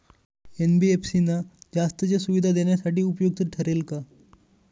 NBFC ना जास्तीच्या सुविधा देण्यासाठी उपयुक्त ठरेल का?